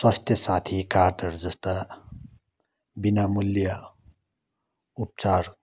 स्वास्थ्य साथी कार्डहरू जस्ता बिना मुल्य उपचार